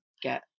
get